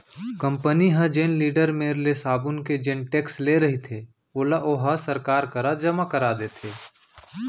company ह जेन dealer मेर ले साबून के जेन टेक्स ले रहिथे ओला ओहा सरकार करा जमा करा देथे